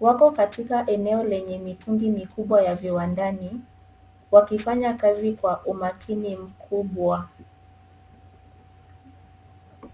wako katika eneo lenye mitungi mikubwa la viwandani wakifanya kazi kwa umakini mkubwa.